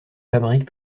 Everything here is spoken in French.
fabrique